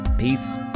Peace